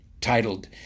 titled